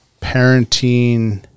parenting